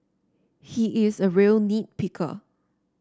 he is a real nit picker